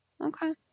Okay